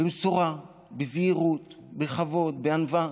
במשורה, בזהירות, בכבוד, בענווה,